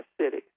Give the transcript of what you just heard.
city